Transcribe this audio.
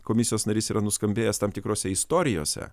komisijos narys yra nuskambėjęs tam tikrose istorijose